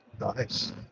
Nice